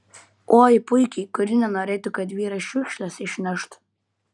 oi puikiai kuri nenorėtų kad vyras šiukšles išneštų